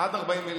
עד 40 מילים.